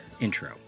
intro